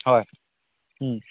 হয়